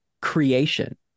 creation